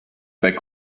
bas